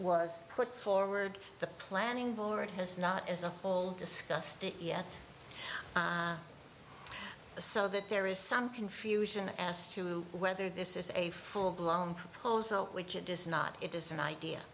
was put forward the planning board has not as a whole discussed yet so that there is some confusion as to whether this is a full blown proposal which it is not it is an idea